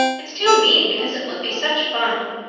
it's too mean, because it would be such fun.